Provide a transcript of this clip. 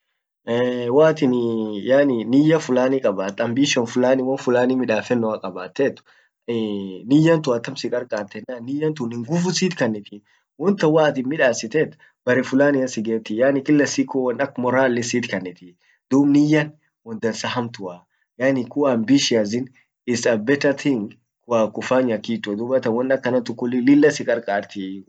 waatin yaani niyya fulani kabat, ambition fulani won fulani midaffennoa kabattet niyyan tun atam siqarqartie ennan niyya tun unguvu sitkanniti wontan waatin midassitet bare fulanian siggetii yaani kila siku won ak moralli sit kannitii, dub niyan won dansa hamtua